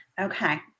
Okay